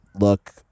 look